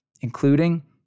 including